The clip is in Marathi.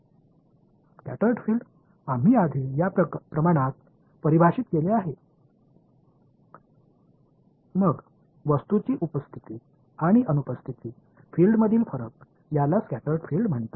स्कॅटर्ड फील्ड आम्ही आधी या प्रमाणात परिभाषित केले आहे मग वस्तूची उपस्थिती आणि अनुपस्थितीत फील्डमधील फरक याला स्कॅटर्ड फील्ड म्हणतात